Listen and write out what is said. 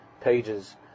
pages